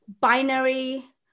binary